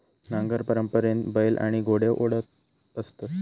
नांगर परंपरेने बैल आणि घोडे ओढत असत